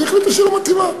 והחליטו שהיא לא מתאימה,